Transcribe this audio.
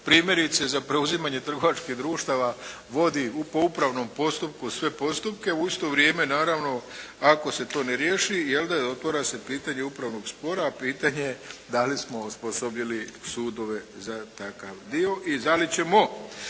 primjerice za preuzimanje trgovačkih društava vodi po upravnom postupku sve postupke. U isto vrijeme naravno ako se to ne riješi jel' de, otvara se pitanje upravnog spora. A pitanje je da li smo osposobili sudove za takav dio? I da li ćemo